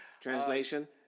Translation